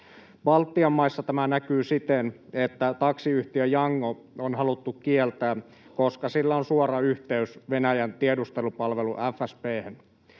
Baltian maissa tämä näkyy siten, että taksiyhtiö Yango on haluttu kieltää, koska sillä on suora yhteys Venäjän tiedustelupalvelu